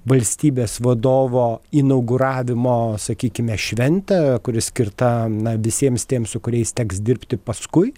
valstybės vadovo inauguravimo sakykime šventė kuri skirta na visiems tiems su kuriais teks dirbti paskui